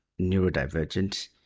neurodivergent